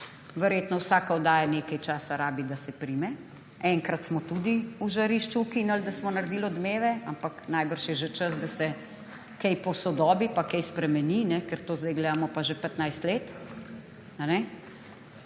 vsaka oddaja nekaj časa rabi, da se prime. Enkrat smo tudiŽarišče ukinili, da smo naredili Odmeve, ampak najbrž je že čas, da se kaj posodobi pa kaj spremeni, ker to sedaj gledamo že 15 let.